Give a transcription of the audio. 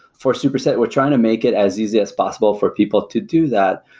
for superset, we're trying to make it as easy as possible for people to do that,